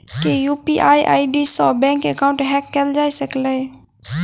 की UPI ID सऽ bank account hack कैल जा सकलिये?